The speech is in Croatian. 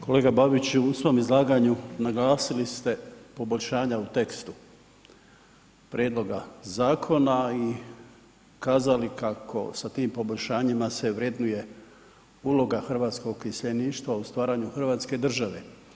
Kolega Babiću u svom izlaganju naglasili ste poboljšanja u tekstu prijedloga zakona i kazali kako sa tim poboljšanjima se vrednuje uloga hrvatskog iseljeništva u stvaranju hrvatske države.